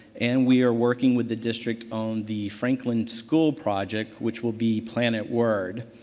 and we are working with the district on the franklin school project, which will be planet word.